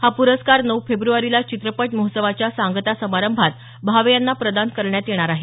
हा प्रस्कार नऊ फेब्रवारीला चित्रपट महोत्सवाच्या सांगता समारंभात भावे यांना प्रदान करण्यात येणार आहे